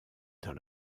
dans